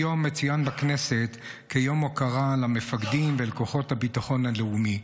היום מצוין בכנסת יום הוקרה למפקדים ולכוחות הביטחון הלאומי.